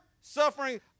suffering